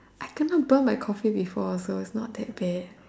I kena burn by Coffee before also its not that bad